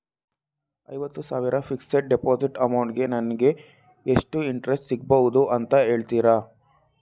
ಐವತ್ತು ಸಾವಿರ fixed deposit amount ಗೆ ನಂಗೆ ಎಷ್ಟು ಇಂಟ್ರೆಸ್ಟ್ ಸಿಗ್ಬಹುದು ಅಂತ ಹೇಳ್ತೀರಾ?